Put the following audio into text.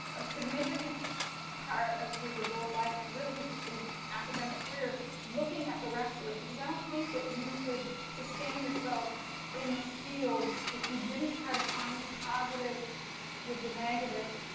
a significant part of his adult life and really his academic career looking at the rescuers. because, i don't think that you could sustain yourself in this field if you didn't try to find the positive with the negative.